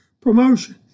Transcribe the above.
promotion